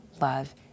love